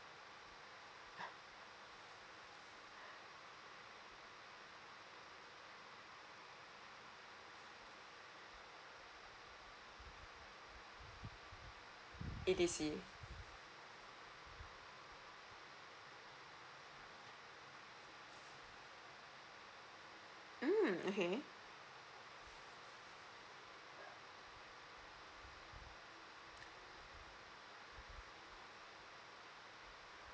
E_D_C mm okay